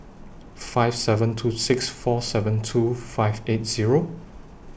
five seven two six four seven two five eight Zero